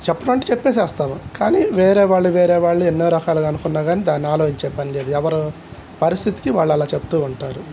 చెప్పండి అంటే చెప్పేసి వస్తాను కానీ వేరేవాళ్ళు వేరే వాళ్ళు ఎన్నో రకాలు అనుకున్నా కానీ దాన్ని ఆలోచించే పనిలేదు లేదు ఎవరు పరిస్థితికి వాళ్ళు అలా చెబుతూ ఉంటారు